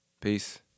Peace